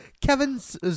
Kevin's